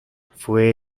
fue